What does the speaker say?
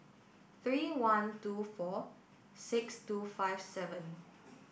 three one two four six two five seven